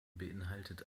beinhaltet